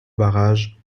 barrage